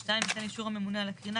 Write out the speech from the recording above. (2) ניתן אישור הממונה על הקרינה,